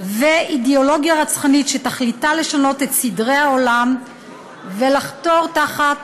ואידיאולוגיה רצחנית שתכליתה לשנות את סדרי העולם ולחתור תחת